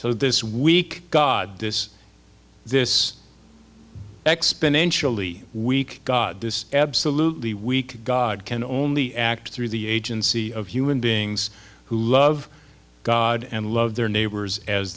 so this week god this this exponentially weak god this absolutely weak god can only act through the agency of human beings who love god and love their neighbors as